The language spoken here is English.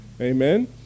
Amen